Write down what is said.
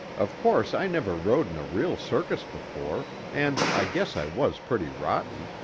of course i never rode in a real circus before, and i guess i was pretty rotten,